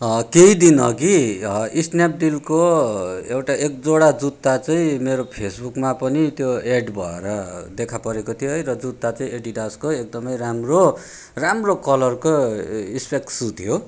केही दिन अगि स्न्यापडिलको एउटा एक दुइवटा जुत्ता चाहिँ मेरो फेसबुकमा पनि त्यो एड भएर देखा परेको थियो है र जुत्ता चाहिँ एडिडासको एकदम राम्रो राम्रो कलरको स्पेक सू थियो